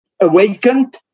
awakened